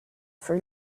for